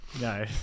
No